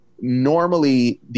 normally